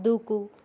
దూకు